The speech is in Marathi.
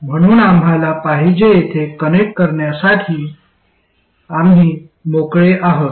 म्हणून आम्हाला पाहिजे तेथे कनेक्ट करण्यासाठी आम्ही मोकळे आहोत